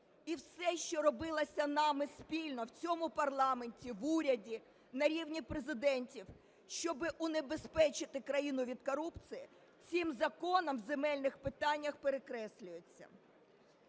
І все, що робилося нами спільно в цьому парламенті, в уряді, на рівні президентів, щоб унебезпечити країну від корупції, цим законом у земельних питаннях перекреслюється.